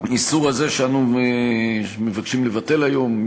האיסור הזה שאנו מבקשים לבטל היום,